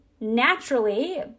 naturally